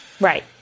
right